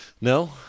No